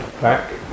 back